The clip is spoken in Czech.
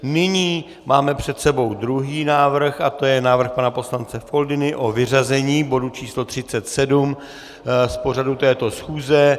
Nyní máme před sebou druhý návrh a to je návrh pana poslance Foldyny na vyřazení bodu č. 37 z pořadu této schůze.